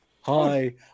Hi